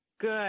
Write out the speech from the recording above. Good